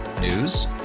News